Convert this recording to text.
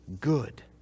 good